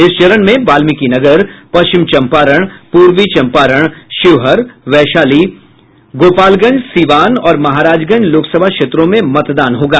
इस चरण में वाल्मीकिनगर पश्चिम चंपारण पूर्वी चंपारण शिवहर वैशाली गोपालगंज सिवान और महाराजगंज लोकसभा क्षेत्रों में मतदान होगा